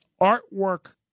artwork